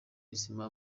isima